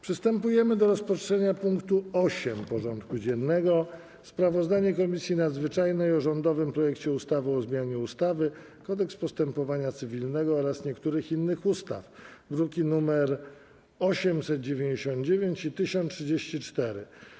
Przystępujemy do rozpatrzenia punktu 8. porządku dziennego: Sprawozdanie Komisji Nadzwyczajnej o rządowym projekcie ustawy o zmianie ustawy - Kodeks postępowania cywilnego oraz niektórych innych ustaw (druki nr 899 i 1034)